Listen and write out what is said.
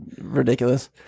ridiculous